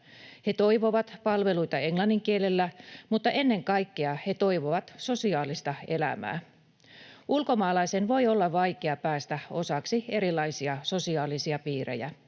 He toivovat palveluita englannin kielellä, mutta ennen kaikkea he toivovat sosiaalista elämää. Ulkomaalaisen voi olla vaikea päästä osaksi erilaisia sosiaalisia piirejä.